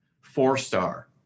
four-star